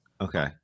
okay